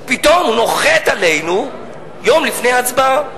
פתאום הוא נוחת עלינו יום לפני ההצבעה.